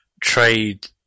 trade